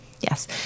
Yes